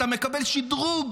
אתה מקבל שדרוג